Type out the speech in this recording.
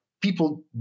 people